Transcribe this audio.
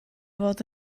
fod